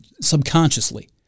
subconsciously